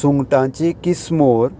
सुंगटांची किसमोर